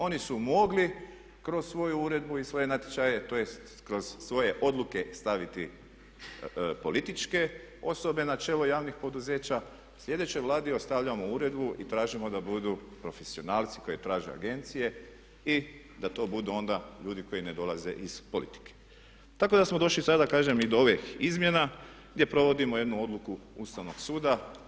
Oni su mogli kroz svoju uredbu i svoje natječaje tj., kroz svoje odluke staviti političke osobe na čelo javnih poduzeća, sljedećoj Vladi ostavljamo uredbu i tražimo da budu profesionalci koji traže agencije i da to budu onda ljudi koji ne dolaze iz politike tako da smo došli sada i do ovih izmjena gdje provodimo jednu odluku Ustavnog suda.